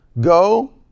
go